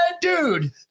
dude